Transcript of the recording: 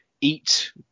eat